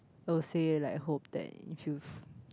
I would say like hope that youth